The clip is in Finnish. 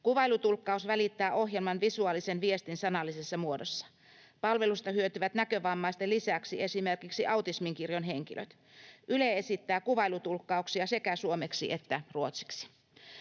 Kuvailutulkkaus välittää ohjelman visuaalisen viestin sanallisessa muodossa. Palvelusta hyötyvät näkövammaisten lisäksi esimerkiksi autismin kirjon henkilöt. Yle esittää kuvailutulkkauksia sekä suomeksi että ruotsiksi.